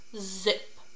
Zip